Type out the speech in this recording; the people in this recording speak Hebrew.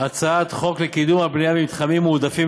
הצעת חוק לקידום הבנייה במתחמים מועדפים